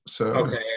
Okay